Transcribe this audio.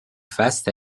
face